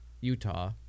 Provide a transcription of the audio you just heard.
Utah